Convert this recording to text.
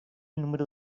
número